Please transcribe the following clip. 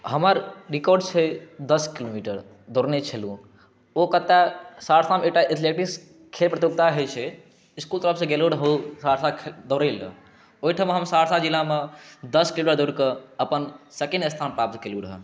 हमर रिकार्ड छै दस किलोमीटर दौड़ने छलहुॅं ओ कते सहरसा मे एकटा एथलेटिक्स खेल प्रतियोगिता होइ छै इसकुल तरफ से गेलहुॅं रहू सहरसा दौड़य लए ओहिठाम हम सहरसा जिलामे दस किलोमीटर दौरि के अपन सकेंड स्थान प्राप्त कएलहुॅं रहय